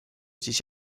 siis